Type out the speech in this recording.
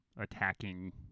attacking